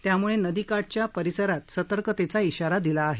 त्यामुळे नदीकाठच्या परिसरात सतर्कतेचा शारा दिला आहे